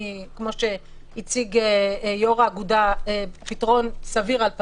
כמו שהציג יושב-ראש האגודה פתרון סביר על פניו,